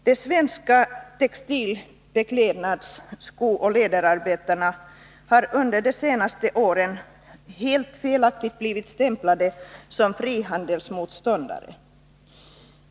De svenska textil-, beklädnads-, skooch läderarbetarna har under de senaste åren helt felaktigt blivit stämplade som frihandelsmotståndare.